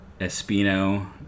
Espino